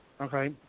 okay